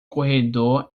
corredor